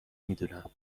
میدونم